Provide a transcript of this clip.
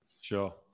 Sure